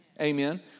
Amen